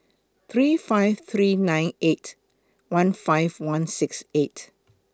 three five three nine eight one five one six eight